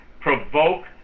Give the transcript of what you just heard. provoke